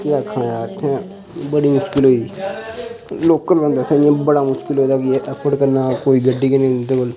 केह् आखां यार इ'त्थें बड़ी मुश्कल होई लोकल बंदे आस्तै इ'यां बड़ा मुश्कल होई दा ऐ एह् अफोर्ड करना कोई गड्डी गै निं इं'दे कोल